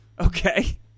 Okay